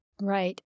Right